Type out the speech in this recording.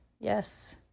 yes